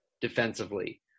defensively